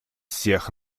всех